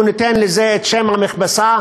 הוא נותן לזה את שם המכבסה: